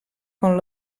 con